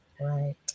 Right